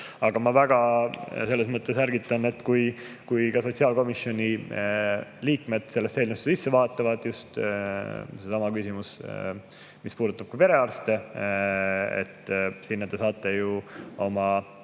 Aga ma väga selles mõttes ärgitan, et kui ka sotsiaalkomisjoni liikmed sellesse eelnõusse sisse vaatavad – just seesama küsimus, mis puudutab perearste –, siis sinna te saate ju oma